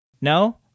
No